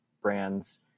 brands